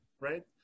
right